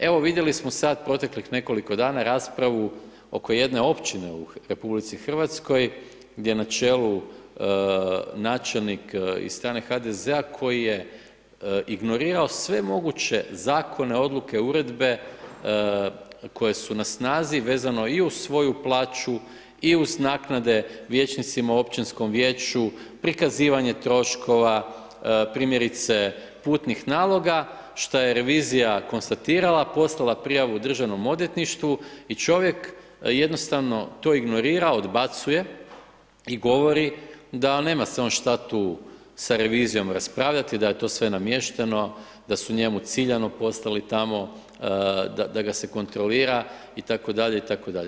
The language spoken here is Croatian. Evo, vidjeli smo sad proteklih nekoliko dana raspravu oko jedne općine u RH, gdje na čelu načelnik iz strane HDZ-a koji je ignorirao sve moguće zakone, odluke, uredbe koje su na snazi vezano i uz svoju plaću i uz naknade vijećnicima u općinskom vijeću, prikazivanje troškova, primjerice, putnih naloga, što je revizija konstatirala, poslala prijavu DORH-u i čovjek jednostavno to ignorira, odbacuje u govori da on nema se on šta tu sa revizijom raspravljati, da je to sve namješteno, da su njemu ciljano poslali tamo, da ga se kontrolira itd., itd.